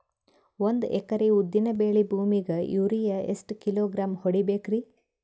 ಒಂದ್ ಎಕರಿ ಉದ್ದಿನ ಬೇಳಿ ಭೂಮಿಗ ಯೋರಿಯ ಎಷ್ಟ ಕಿಲೋಗ್ರಾಂ ಹೊಡೀಬೇಕ್ರಿ?